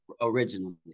originally